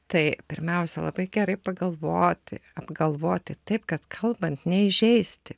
tai pirmiausia labai gerai pagalvoti apgalvoti taip kad kalbant neįžeisti